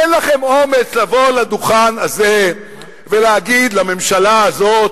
אין לכם אומץ לבוא לדוכן הזה ולהגיד לממשלה הזאת: